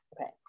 Okay